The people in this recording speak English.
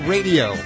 Radio